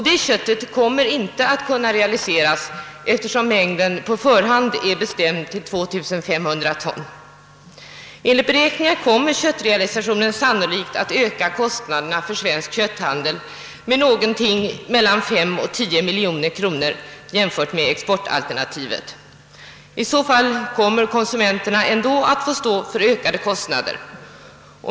Det köttet kommer inte att kunna realiseras, eftersom mängden på förhand är bestämd till 2500 ton. Enligt beräkningar kommer köttrealisationen sannolikt att öka kostnaderna för svensk kötthandel med någonting mellan 5 och 10 miljoner kronor jämfört med exportalternativet. I så fall kommer konsumenterna ändå att få stå för ökade kostnader.